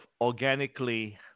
organically